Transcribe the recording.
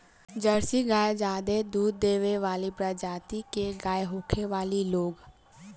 Jersey गाय ज्यादे दूध देवे वाली प्रजाति के गाय होखेली लोग